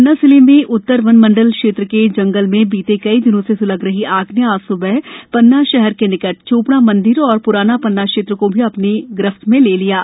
न्ना जिले में उत्तर वन मंडल क्षेत्र के जंगल बीते कई दिनों से सुलग रही आग ने आज सुबह पन्ना शहर के निकट चोपड़ा मंदिर और पुराना पन्ना क्षेत्र को भी अपनी गिरफ्त में ले लिया है